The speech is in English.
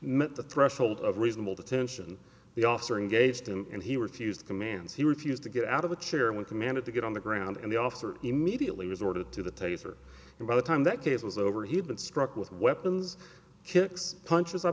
met the threshold of reasonable detention the officer engaged him and he refused commands he refused to get out of the chair when commanded to get on the ground and the officer immediately resorted to the taser and by the time that case was over he had been struck with weapons kicks punches i